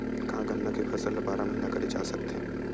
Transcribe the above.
का गन्ना के फसल ल बारह महीन करे जा सकथे?